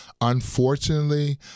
unfortunately